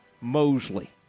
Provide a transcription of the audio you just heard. Mosley